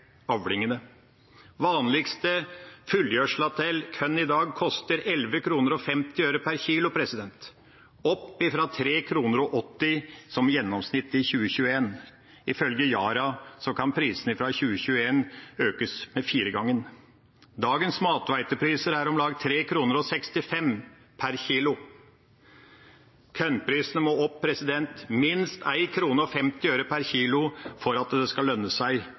vanligste fullgjødselen til korn i dag koster 11,50 kr/kilo – opp fra 3,80 kr/kilo som gjennomsnitt i 2021. Ifølge Yara kan prisene fra 2021 økes med 4-gangen. Dagens mathvetepriser er på om lag 3,65 kr/kilo. Kornprisene må opp med minst 1,50 kr/kilo for at det skal lønne seg